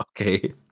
Okay